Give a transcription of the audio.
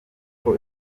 uko